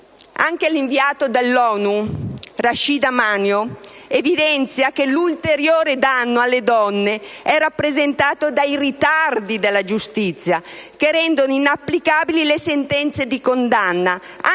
*rapportenz* dell'ONU Rashid Manjoo evidenzia che l'ulteriore danno alle donne è rappresentato dai ritardi della giustizia, che rendono inapplicabili le sentenze di condanna